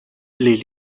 les